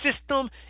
system